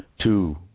two